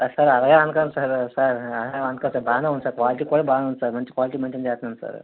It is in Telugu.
సార్ సార్ అలాగే అనకండి సార్ సార్ బాగానే ఉంది సార్ క్వాలిటీ కూడా బాగానే ఉంది సార్ మంచి క్వాలిటీ మెయింటెన్ చేస్తున్నాను సార్